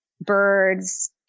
birds